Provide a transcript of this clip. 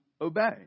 obey